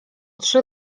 trzy